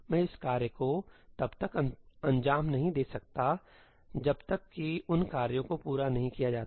मैं इस कार्य को तब तक अंजाम नहीं दे सकता जब तक कि उन कार्यों को पूरा नहीं किया जाता